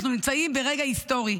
אנחנו נמצאים ברגע היסטורי,